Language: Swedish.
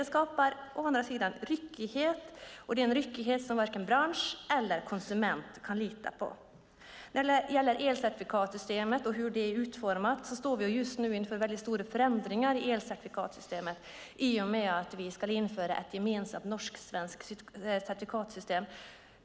Det skapar ryckighet, och det är en ryckighet som gör att varken bransch eller konsument kan lita på systemet. När det gäller elcertifikatssystemet och hur det är utformat står vi just nu inför stora förändringar i elcertifikatssystemet i och med att vi ska införa ett gemensamt norsksvenskt elcertifikatssystem.